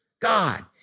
God